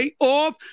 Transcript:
off